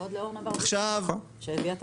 כבוד לאורנה ברביבאי, שהביאה את הרפורמה.